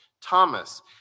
Thomas